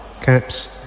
Caps